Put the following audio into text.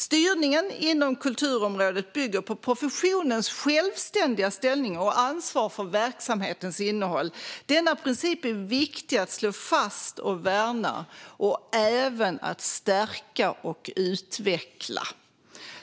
Styrningen inom kulturområdet bygger på professionens självständiga ställning och ansvar för verksamhetens innehåll. Denna princip är viktig att slå fast och värna och även stärka och utveckla.